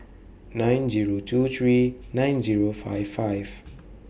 nine Zero two three nine Zero five five